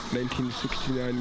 1969